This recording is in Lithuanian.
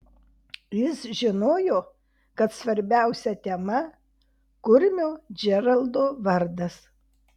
jis žinojo kad svarbiausia tema kurmio džeraldo vardas